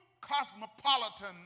cosmopolitan